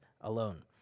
alone